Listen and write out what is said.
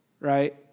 right